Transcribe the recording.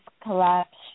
collapse